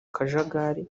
kajagari